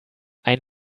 ein